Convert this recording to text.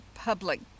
public